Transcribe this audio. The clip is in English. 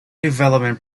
development